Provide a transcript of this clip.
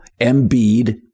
Embiid